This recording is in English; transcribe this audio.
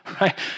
right